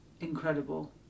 incredible